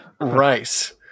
Right